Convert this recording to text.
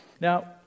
Now